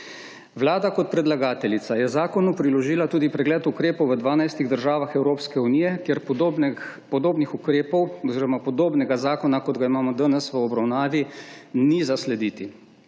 Vlada kot predlagateljica je zakonu priložila tudi pregled ukrepov v dvanajstih državah Evropske unije, kjer podobnih ukrepov oziroma podobnega zakona, kot ga imamo danes v obravnavi, ni zaslediti.